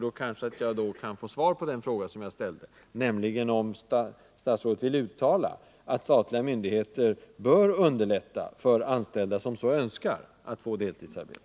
Då kanske jag kan få svar på den fråga som jag ställde, nämligen om statsrådet vill uttala att statliga myndigheter bör underlätta för anställda som så önskar att få deltidsarbete.